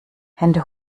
hände